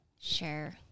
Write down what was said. Sure